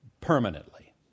permanently